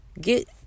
get